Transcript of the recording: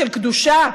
של קדושה,